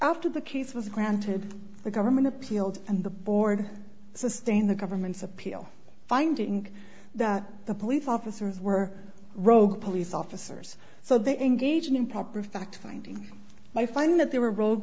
after the case was granted the government appealed and the board sustained the government's appeal finding that the police officers were rogue police officers so they engage in improper fact finding i find that they were ro